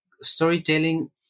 storytelling